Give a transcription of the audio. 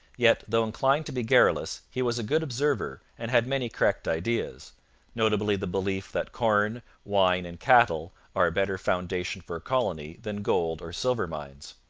yet, though inclined to be garrulous, he was a good observer and had many correct ideas notably the belief that corn, wine, and cattle are a better foundation for a colony than gold or silver mines.